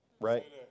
right